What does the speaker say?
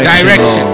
Direction